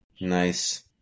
Nice